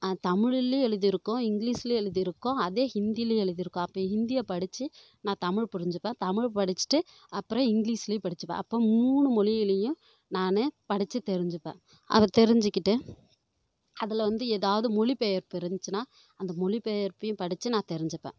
தமிழிலையும் எழுதியிருக்கும் இங்கிலிஷ்லையும் எழுதியிருக்கும் அதே ஹிந்திலையும் எழுதியிருக்கும் அப்போ ஹிந்தியைப் படிச்சு நான் தமிழ் புரிஞ்சுப்பேன் தமிழ் படிச்சுட்டு அப்புறம் இங்கிலிஷ்லையும் படிச்சுப்பேன் அப்போ மூணு மொழிலியும் நான் படிச்சு தெரிஞ்சுப்பேன் அதை தெரிஞ்சுக்கிட்டு அதில் வந்து ஏதாது மொழி பெயர்ப்பு இருந்துச்சுனா அந்த மொழி பெயர்ப்பையும் படிச்சு நான் தெரிஞ்சுப்பேன்